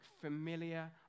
familiar